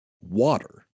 water